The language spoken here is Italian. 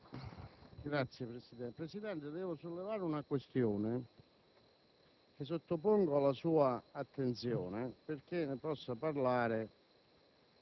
Signor Presidente, desidero sollevare una questione che sottopongo alla sua attenzione affinché ne possa parlare